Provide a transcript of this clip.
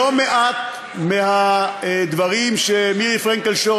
לא מעט דברים מירי פרנקל-שור,